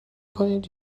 کنید